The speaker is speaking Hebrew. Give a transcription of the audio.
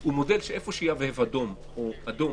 הוא מודל שאיפה שיהבהב אדום או כתום,